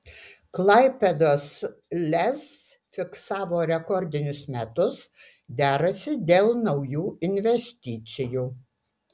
klaipėdos lez fiksavo rekordinius metus derasi dėl naujų investicijų